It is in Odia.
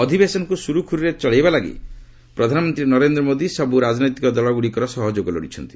ଅଧିବେଶନକୁ ସୁରୁଖୁରୁରେ ଚଳାଇବା ଲାଗି ପ୍ରଧାନମନ୍ତ୍ରୀ ନରେନ୍ଦ୍ର ମୋଦି ସବୁ ରାଜନୈତିକ ଦଳଗୁଡ଼ିକର ସହଯୋଗ ଲୋଡ଼ିଛନ୍ତି